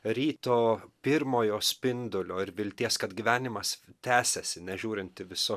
ryto pirmojo spindulio ir vilties kad gyvenimas tęsiasi nežiūrint į viso